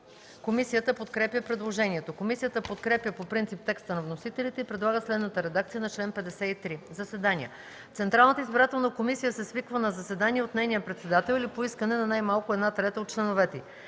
Комисията подкрепя предложението. Комисията подкрепя по принцип текста на вносителите и предлага следната редакция за чл. 85: „Заседания Чл. 85. (1) Общинската избирателна комисия се свиква на заседание от нейния председател или по искане на най-малко една трета от членовете